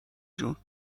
جون